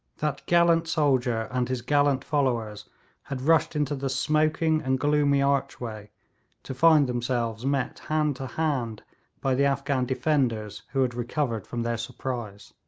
that gallant soldier and his gallant followers had rushed into the smoking and gloomy archway to find themselves met hand to hand by the afghan defenders, who had recovered from their surprise.